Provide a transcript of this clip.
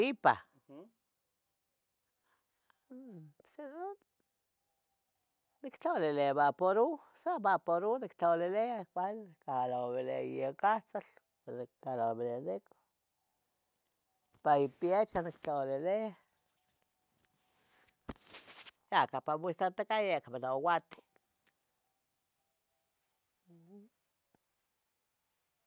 Gripah, m, pos denon nictlalilia vaporuh, sa vaporuh nictlalilia ya cuale, calovilia iyacahtzol, calovelia nican, ipa ipiechoh nictlalilih Ya campa moixtahtaca ya icpa no uateh mm.